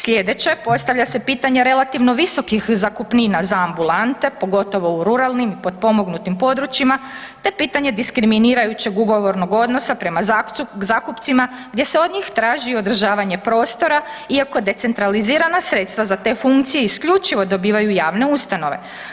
Slijeće, postavlja se pitanje relativno visokih zakupnina za ambulante, pogotovo u ruralnim i potpomognutim područjima te pitanje diskriminirajućeg ugovornog odnosa prema zakupcima gdje se od njih traži održavanje prostora iako decentralizirana sredstva za te funkcije isključivo dobivaju javne ustanove?